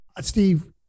Steve